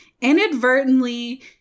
inadvertently